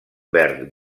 verd